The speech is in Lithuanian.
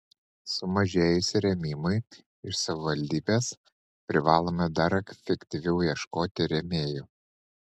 sumažėjus rėmimui iš savivaldybės privalome dar aktyviau ieškoti rėmėjų